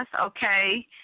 okay